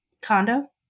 condo